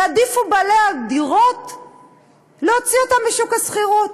יעדיפו בעלי הדירות להוציא אותן משוק השכירות.